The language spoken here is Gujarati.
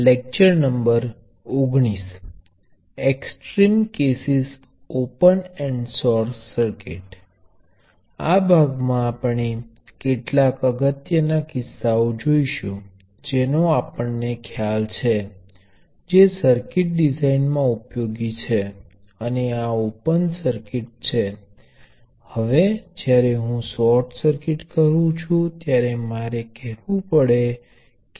સિરીઝના જોડાણ પછી અસરકારક રીતે શ્રેણીમાં કેટલાક એલિમેન્ટોને જોડવાના અથવા સમાંતરના પરિણામનો એક ઝડપી સારાંશ અહીં છે